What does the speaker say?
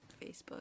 Facebook